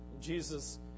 Jesus